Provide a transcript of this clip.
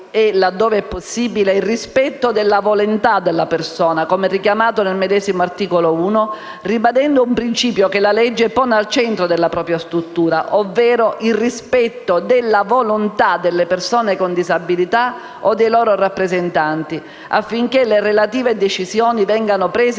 laddove possibile, è il rispetto della volontà della persona, come richiamato nel medesimo articolo 1, ribadendo un principio che la legge pone al centro della propria struttura, ovvero il rispetto della volontà delle persone con disabilità o dei loro rappresentanti, affinché le relative decisioni vengano prese